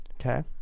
okay